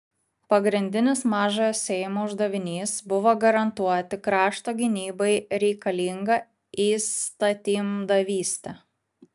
pagrindinis mažojo seimo uždavinys buvo garantuoti krašto gynybai reikalingą įstatymdavystę